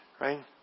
right